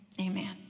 amen